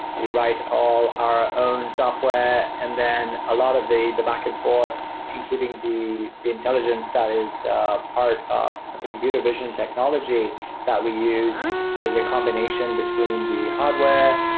we write all our own software, and then a lot of the the back-and-forth, including the the intelligence that is part of the computer vision technology that we use is a combination between the hardware,